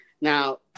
Now